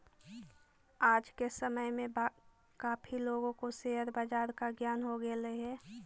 आज के समय में काफी लोगों को शेयर बाजार का ज्ञान हो गेलई हे